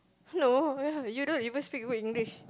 hello ya you don't even speak good English